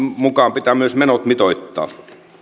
mukaan pitää myös menot mitoittaa